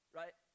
right